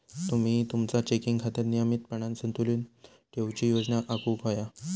तुम्ही तुमचा चेकिंग खात्यात नियमितपणान संतुलन ठेवूची योजना आखुक व्हया